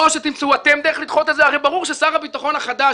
או שתמצאו אתם דרך לדחות את זה הרי ברור ששר הביטחון החדש,